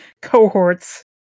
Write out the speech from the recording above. cohorts